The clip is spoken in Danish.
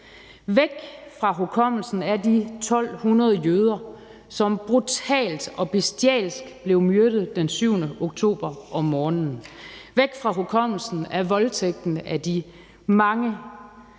Væk fra hukommelsen er de 1.200 jøder, som brutalt og bestialsk blev myrdet den 7. oktober om morgenen. Væk fra hukommelsen er voldtægten af de mange